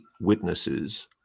witnesses